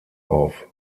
auf